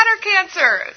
cancer